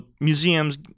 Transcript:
museums